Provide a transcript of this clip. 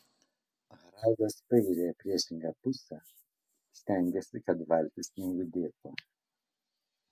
haraldas pairia į priešingą pusę stengiasi kad valtis nejudėtų